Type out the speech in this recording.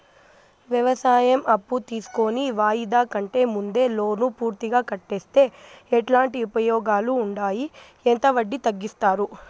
వ్యవసాయం అప్పు తీసుకొని వాయిదా కంటే ముందే లోను పూర్తిగా కట్టేస్తే ఎట్లాంటి ఉపయోగాలు ఉండాయి? ఎంత వడ్డీ తగ్గిస్తారు?